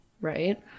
right